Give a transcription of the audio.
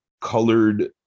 colored